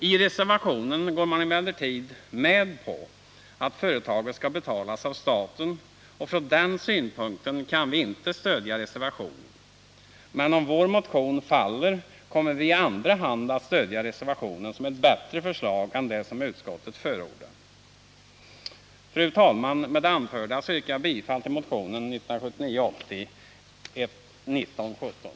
I reservationen går man emellertid med på att företaget skall betalas av staten. och från den synpunkten kan vi inte stödja reservationen. Men om vår motion faller kommer vi i andra hand ändå att stödja reservationen som ett bättre förslag än det som utskottet förordar. Fru talman! Med det anförda yrkar jag bifall till motion 1979/80:1917.